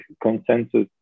consensus